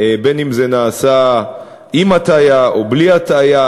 אם בהטעיה או בלי הטעיה,